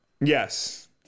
Yes